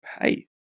Hey